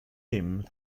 him